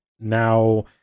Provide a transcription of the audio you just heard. now